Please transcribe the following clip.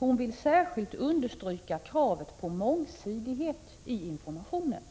Hon vill särskilt understryka kravet på mångsidighet i informationen.